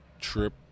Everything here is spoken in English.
trip